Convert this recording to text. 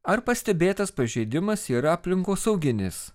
ar pastebėtas pažeidimas yra aplinkosauginis